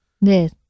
yes